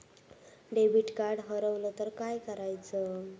Debit card हरवल तर काय करायच?